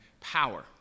power